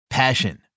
Passion